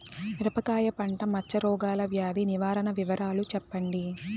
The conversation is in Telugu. మిరపకాయ పంట మచ్చ రోగాల వ్యాధి నివారణ వివరాలు చెప్పండి?